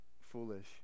foolish